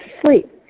sleep